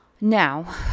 Now